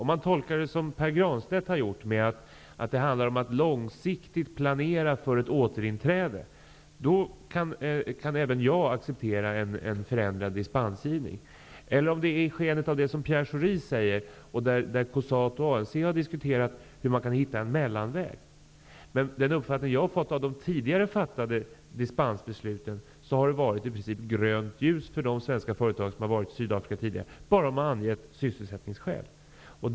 Om man tolkar det som Pär Granstedt har gjort, att det handlar om att långsiktigt planera för ett återinträde, kan även jag acceptera en förändrad dispensgivning. Det kan också vara i skenet av vad Pierre Schori säger, där Cosatu och ANC har diskuterat hur man kan hitta en mellanväg. Den uppfattning jag har fått av de tidigare fattade dispensbesluten är att det i princip har varit grönt ljus för de svenska företag som har varit i Sydafrika tidigare bara de har angett sysselsättningsskäl.